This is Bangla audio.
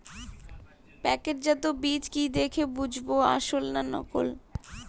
প্যাকেটজাত বীজ কি দেখে বুঝব আসল না নকল?